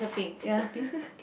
ya